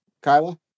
Kyla